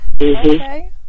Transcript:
Okay